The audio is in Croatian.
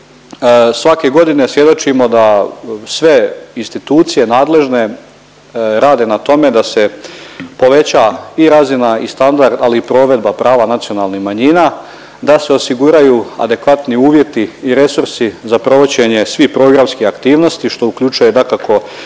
svake godine svjedočimo da sve institucije nadležne rade na tome da se poveća i razina i standard, ali i provedba prava nacionalnih manjina, da se osiguraju adekvatni uvjeti i resursi za provođenje svih programskih aktivnosti što uključuje dakako i obrazovanje